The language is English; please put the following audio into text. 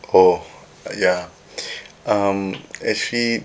oh ya um actually